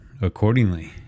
accordingly